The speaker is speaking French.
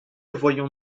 voyons